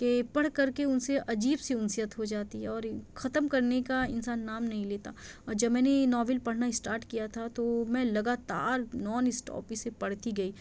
کہ پڑھ کر کے اُن سے عجیب سی اُنثیت ہو جاتی ہے اور ختم کرنے کا انسان نام نہیں لیتا اور جب میں نے ناول پڑھنا اسٹاٹ کیا تھا تو میں لگاتار نان اسٹاپ اِسے پڑھتی گئی